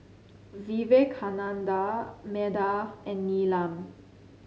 Vivekananda Medha and Neelam